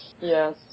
Yes